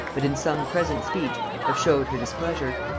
but in some present speech have showed her displeasure.